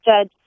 judge